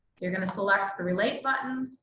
you're going to select the relate button,